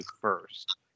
first